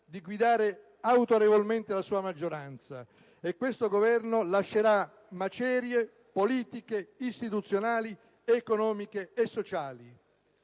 di guidare autorevolmente la sua maggioranza. Questo Governo lascerà macerie, politiche, istituzionali, economiche e sociali.